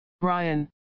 Brian